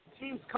teams